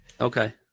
Okay